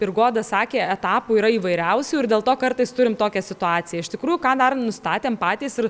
ir goda sakė etapų yra įvairiausių ir dėl to kartais turim tokią situaciją iš tikrųjų ką dar nustatėm patys ir